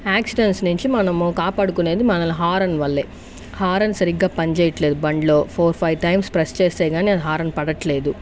accidents నుంచి మనము కాపాడుకునేది హారన్ వల్లే హారన్ సరిగ్గా పనిచేయట్లేదు బండ్లో ఫోర్ ఫైవ్ టైమ్స్ ప్రెస్ చేస్తే కానీ హారన్ పడట్లేదు